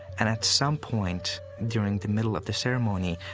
and at some point during the middle of the ceremony,